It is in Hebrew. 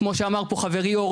כמו שאמר פה חברי אור,